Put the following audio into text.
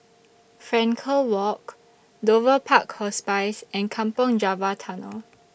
Frankel Walk Dover Park Hospice and Kampong Java Tunnel